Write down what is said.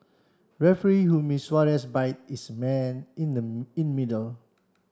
referee who miss Suarez bite is man in the in middle